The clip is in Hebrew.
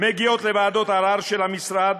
מגיעות לוועדות הערר של המשרד